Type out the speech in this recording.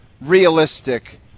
realistic